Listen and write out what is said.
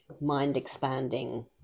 mind-expanding